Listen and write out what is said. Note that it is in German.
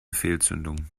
fehlzündung